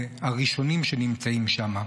והם הראשונים שנמצאים שם.